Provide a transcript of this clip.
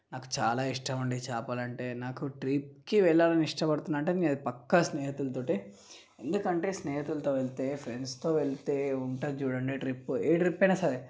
నాకు చాలా ఇష్టమండి చేపలంటే నాకు ట్రిప్కి వెళ్ళడం ఇష్టపడుతున్నా అంటే నేనది పక్కా స్నేహితునితోటే ఎందుకంటే స్నేహితులతో వెళ్తే ఫ్రెండ్స్తో వెళ్తే ఉంటుంది చూడండి ట్రిప్పు ఏ ట్రిప్ అయినా సరే